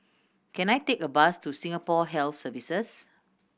can I take a bus to Singapore Health Services